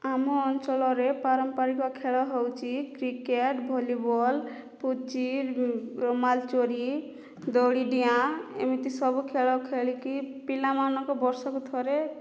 ଆମ ଅଞ୍ଚଳରେ ପାରମ୍ପାରିକ ଖେଳ ହେଉଛି କ୍ରିକେଟ ଭଲିବଲ ପୁଚି ରୁମାଲ ଚୋରି ଦଉଡ଼ି ଡିଆଁ ଏମିତି ସବୁ ଖେଳ ଖେଳିକି ପିଲାମାନଙ୍କୁ ବର୍ଷକୁ ଥରେ